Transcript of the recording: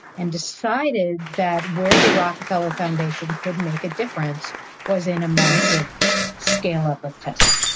and decided that where the rockefeller foundation could make a difference was in a massive scale up of testing.